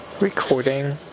recording